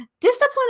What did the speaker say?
Discipline